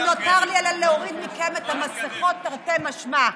לא נותר לי אלא להוריד מכם את המסכות, תרתי משמע.